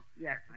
Yes